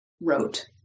wrote